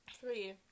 three